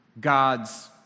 God's